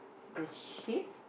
the sheep